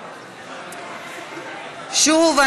רבותי,